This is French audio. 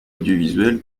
audiovisuelle